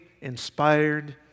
inspired